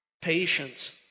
Patience